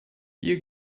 hier